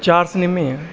ਚਾਰ ਸਿਨੇਮੇ ਆ